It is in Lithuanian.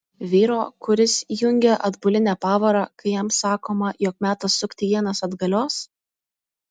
vyro kuris įjungia atbulinę pavarą kai jam sakoma jog metas sukti ienas atgalios